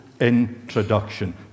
introduction